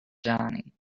johnny